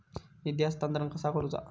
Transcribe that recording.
निधी हस्तांतरण कसा करुचा?